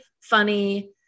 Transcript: funny